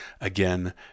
again